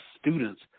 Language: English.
students